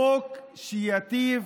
חוק שייטיב